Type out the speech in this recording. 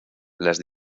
las